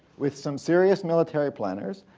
with some serious military planners.